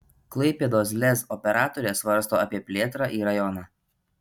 klaipėdos lez operatorė svarsto apie plėtrą į rajoną